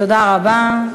תודה רבה.